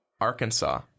Arkansas